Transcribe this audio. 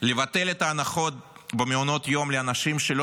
לבטל את ההנחות במעונות יום לאנשים שלא